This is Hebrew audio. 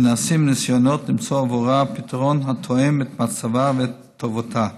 ונעשים ניסיונות למצוא עבורה פתרון התואם את מצבה ואת טובתה.